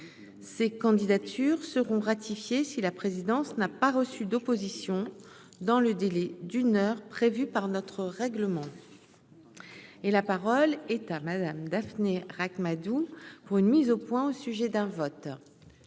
ces candidatures seront ratifiées si la présidence n'a pas reçu d'opposition dans le délai d'une heure prévue par notre règlement et la parole est à madame daphné Ract-Madoux pour une mise au point au sujet d'un vote.